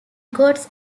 gods